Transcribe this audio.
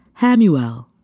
Hamuel